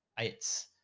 it's